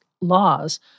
laws